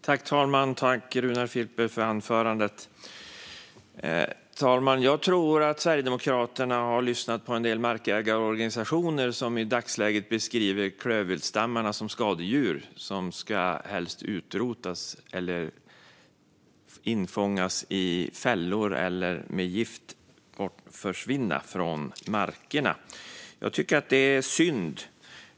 Fru talman! Jag tackar Runar Filper för anförandet. Jag tror att Sverigedemokraterna har lyssnat på en del markägarorganisationer som i dagsläget beskriver klövviltsstammarna som skadedjur som helst ska utrotas, infångas i fällor eller medelst gift försvinna från markerna. Jag tycker att det är synd.